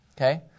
Okay